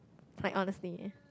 quite honestly